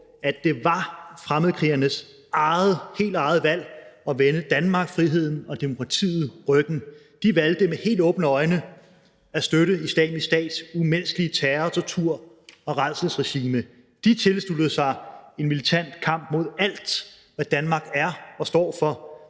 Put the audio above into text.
at det var fremmedkrigernes eget – helt eget – valg at vende Danmark, friheden og demokratiet ryggen. De valgte med helt åbne øjne at støtte Islamisk Stats umenneskelige terror-, tortur- og rædselsregime. De tilsluttede sig en militant kamp mod alt, hvad Danmark er og står for.